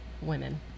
women